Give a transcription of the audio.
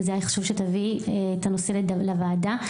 והיה חשוב שתביאי את הנושא לוועדה.